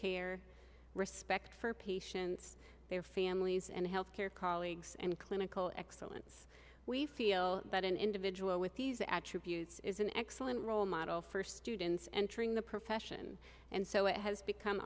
care respect for patients their families and health care colleagues and clinical excellence we feel that an individual with these attributes is an excellent role model for students entering the profession and so it has become